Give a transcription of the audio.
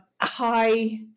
high